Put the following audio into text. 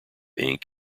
inc